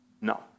No